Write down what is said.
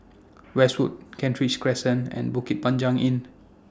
Westwood Kent Ridge Crescent and Panjang Inn